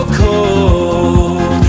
cold